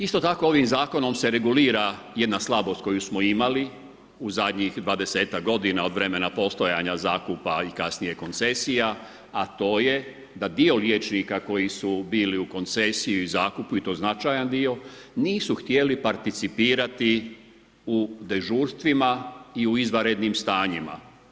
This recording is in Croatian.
Isto tako ovim zakonom se regulira jedna slabost koju smo imali u zadnjih 20-ak godina od vremena postojanja zakupa i kasnije koncesija a to je da dio liječnika koji su bili u koncesiji i zakupu i to značajan dio nisu htjeli participirati u dežurstvima i u izvanrednim stanjima.